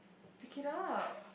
pick it up